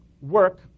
work